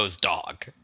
dog